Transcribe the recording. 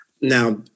Now